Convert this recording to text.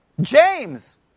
James